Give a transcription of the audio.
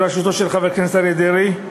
בראשותו של חבר הכנסת אריה דרעי,